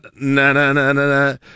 na-na-na-na-na